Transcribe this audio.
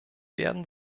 werden